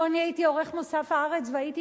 לו אני הייתי עורכת מוסף "הארץ" והייתי